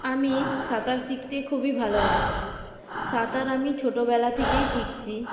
আমি সাঁতার শিখতে খুবই ভালোবাসি সাঁতার আমি ছোটবেলা থেকেই শিখছি